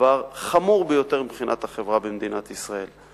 דבר חמור ביותר מבחינת החברה במדינת ישראל.